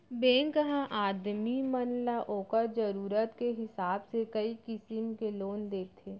bank ह आदमी मन ल ओकर जरूरत के हिसाब से कई किसिम के लोन देथे